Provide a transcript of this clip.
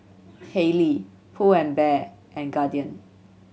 Haylee Pull anf Bear and Guardian